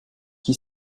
qui